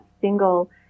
single